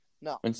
No